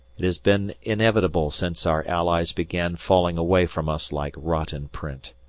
it has been inevitable since our allies began falling away from us like rotten print.